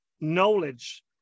knowledge